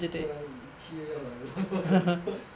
不然七月要来了